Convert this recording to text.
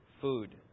food